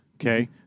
Okay